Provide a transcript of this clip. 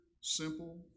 simple